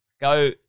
Go